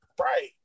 right